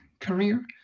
career